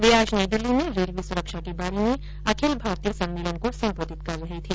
वे आज नई दिल्ली में रेलवे सुरक्षा के बारे में अखिल भारतीय सम्मेलन को संबोधित कर रहे थे